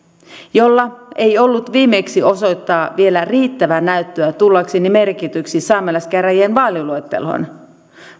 jolla ei ollut viimeksi osoittaa vielä riittävää näyttöä tullakseni merkityksi saamelaiskäräjien vaaliluetteloon